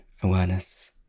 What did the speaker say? awareness